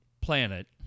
planet